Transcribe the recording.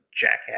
jackass